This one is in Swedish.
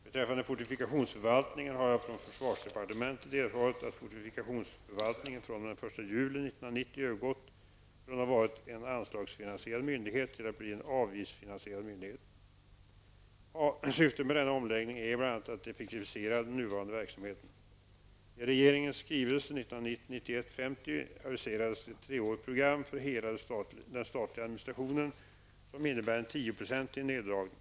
Beträffande fortifikationsförvaltningen har jag från försvarsdepartementet erfarit att fortifikationsförvaltningen fr.o.m. den 1 juli 1990 övergått från att ha varit en anslagsfinansierad myndighet till att bli en avgiftsfinansierad myndighet. Syftet med denna omläggning är bl.a. att effektivisera den nuvarande verksamheten. I regeringens skrivelse 1990/91:50 aviserades ett treårigt program för hela den statliga administrationen som innebär en 10-procentig neddragning.